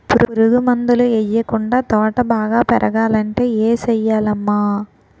పురుగు మందులు యెయ్యకుండా తోట బాగా పెరగాలంటే ఏ సెయ్యాలమ్మా